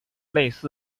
类似